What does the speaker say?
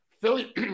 Philly